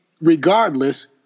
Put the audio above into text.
regardless